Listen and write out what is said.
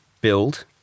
build